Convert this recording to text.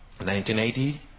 1980